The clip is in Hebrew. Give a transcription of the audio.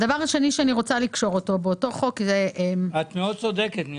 את מאוד צודקת.